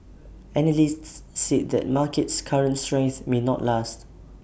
analysts said that market's current strength may not last